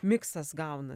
miksas gauna